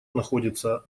находится